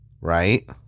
right